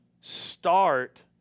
start